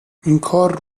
اینکار